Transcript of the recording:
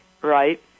Right